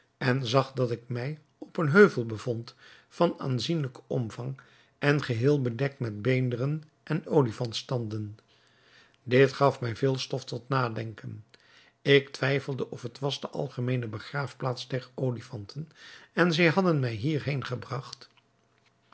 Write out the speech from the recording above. en zag dat ik mij op een heuvel bevond van aanzienlijken omvang en geheel bedekt met beenderen en olifantstanden dit gaf mij veel stof tot nadenken ik twijfelde of het was de algemeene begraafplaats der olifanten en zij hadden mij